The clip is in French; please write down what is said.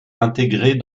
intégrée